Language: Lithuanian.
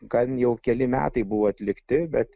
gan jau keli metai buvo atlikti bet